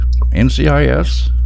NCIS